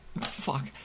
Fuck